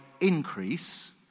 increase